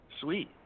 Sweet